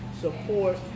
support